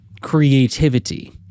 creativity